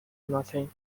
nothing